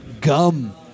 Gum